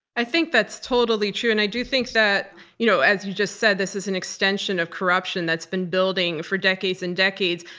i think that's totally true, and i do think that you know as you just said, this is an extension of corruption that's been building for decades and decades.